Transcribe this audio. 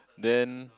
then